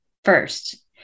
first